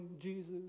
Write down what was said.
Jesus